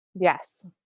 yes